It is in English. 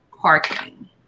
Parking